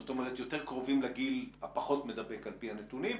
זאת אומרת יותר קרובים לגיל הפחות מדבק על פי הנתונים,